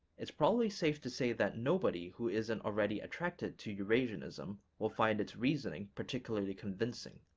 it's probably safe to say that nobody who isn't already attracted to eurasianism will find its reasoning particularly convincing.